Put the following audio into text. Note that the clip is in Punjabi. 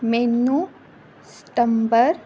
ਮੈਨੂੰ ਸਤੰਬਰ